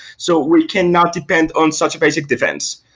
so we cannot depend on such basic defense.